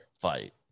fight